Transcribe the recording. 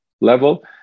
level